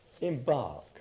embark